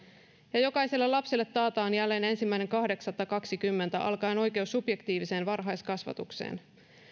ja jokaiselle lapselle taataan jälleen ensimmäinen kahdeksatta kahdenkymmenen alkaen oikeus subjektiiviseen varhaiskasvatukseen